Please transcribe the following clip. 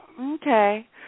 Okay